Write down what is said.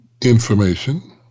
information